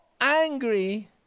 angry